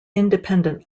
independent